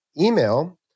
email